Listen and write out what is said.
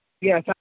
Yes